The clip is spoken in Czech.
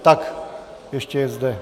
Tak, ještě je zde...